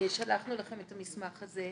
שלחנו לכם את המסמך הזה.